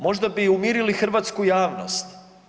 Možda bi umirili hrvatsku javnost?